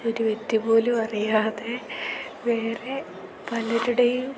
ഒരു വ്യക്തി പോലും അറിയാതെ വേറെ പലരുടെയും